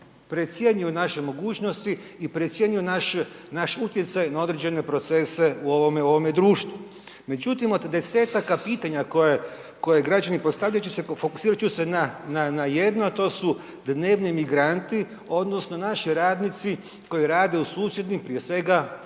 precjenjuju naše mogućnosti i precjenjuju naš, naš utjecaj na određene procese u ovome, u ovome društvu. Međutim, od desetaka pitanja koje, koje građani postavljaju ću se, fokusirat ću se na, na, na jedno, a to su dnevni migranti odnosno naši radnici koji rade u susjednim, prije svega